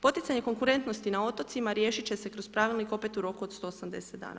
Poticanje konkurentnosti na otocima riješit će se kroz Pravilnik, opet u roku od 180 dana.